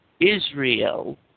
Israel